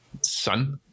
Son